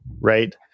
right